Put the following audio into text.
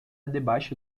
debaixo